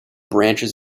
branches